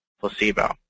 placebo